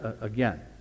again